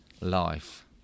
life